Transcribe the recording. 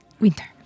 winter